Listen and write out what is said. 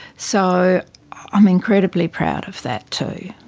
so i'm incredibly proud of that too.